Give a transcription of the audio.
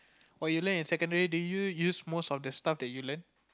what you learn in secondary do you use most of the stuff that you learn